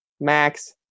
max